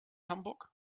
hamburg